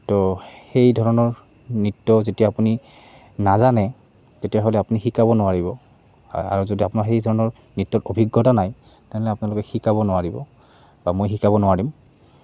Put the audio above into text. তো সেই ধৰণৰ নৃত্য যেতিয়া আপুনি নাজানে তেতিয়াহ'লে আপুনি শিকাব নোৱাৰিব আৰু যদি আপোনাৰ সেই ধৰণৰ নৃত্যত অভিজ্ঞতা নাই তেনেহ'লে আপোনালোকে শিকাব নোৱাৰিব বা মই শিকাব নোৱাৰিম